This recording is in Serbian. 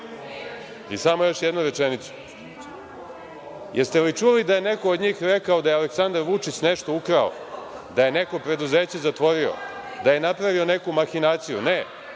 svetu. Samo još jednu rečenicu. Jeste li čuli da je neko od njih rekao da je Aleksandar Vučić nešto ukrao, da je neko preduzeće zatvorio, da je napravio neku mahinaciju. Ne,